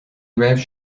raibh